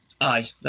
Aye